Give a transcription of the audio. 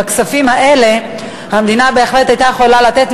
בכספים האלה המדינה בהחלט הייתה יכולה לתת